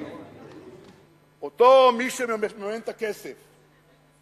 אותו מישהו שנותן את הכסף: